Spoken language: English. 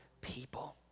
people